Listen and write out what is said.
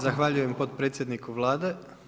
Zahvaljujem potpredsjedniku Vlade.